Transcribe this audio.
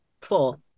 four